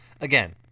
again